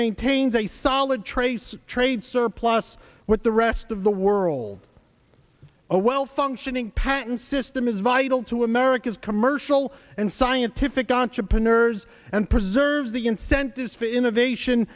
maintains a solid trace trade surplus with the rest of the world a well functioning patent system is vital to america's commercial and scientific entrepreneurs and preserve the incentives for innovation